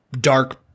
dark